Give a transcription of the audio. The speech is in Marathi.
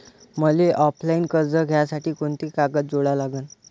मले ऑफलाईन कर्ज घ्यासाठी कोंते कागद जोडा लागन?